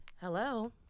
Hello